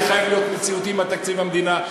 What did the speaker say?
אני חייב להיות מציאותי עם תקציב המדינה,